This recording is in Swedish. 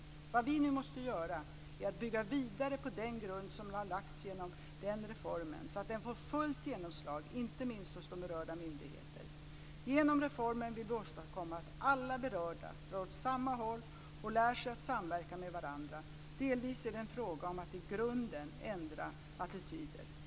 Vad vi nu måste göra är att bygga vidare på den grund som har lagts genom denna reform så att den får fullt genomslag inte minst hos berörda myndigheter. Genom reformen vill vi åstadkomma att alla berörda drar åt samma håll och lär sig att samverka med varandra. Delvis är det fråga om att i grunden ändra attityder.